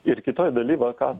ir kitoj daly va ką